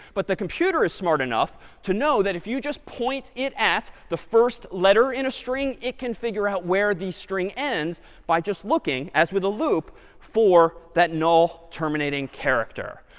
but the computer is smart enough to know that if you just point it at the first letter in a string, it can figure out where the string ends by just looking as with a loop for that null terminating character.